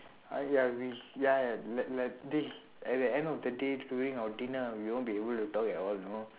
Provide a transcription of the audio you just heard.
ah ya we ya ya like like dey at the end of the day during our dinner we won't be able to talk at all you know